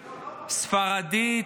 ספרדית,